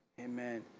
amen